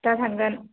दा थांगोन